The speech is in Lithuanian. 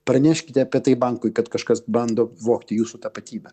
praneškite apie tai bankui kad kažkas bando vogti jūsų tapatybę